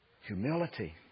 Humility